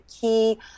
key